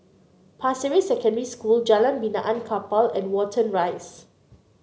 Pasir Ris Secondary School Jalan Benaan Kapal and Watten Rise